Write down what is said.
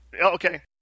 okay